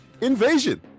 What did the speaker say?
Invasion